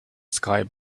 sky